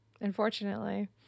Unfortunately